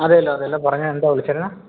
അതേല്ലോ അതേല്ലോ പറഞ്ഞോളൂ എന്താ വിളിച്ചിരുന്നത്